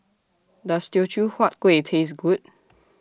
Does Teochew Huat Kueh Taste Good